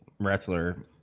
wrestler